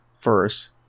first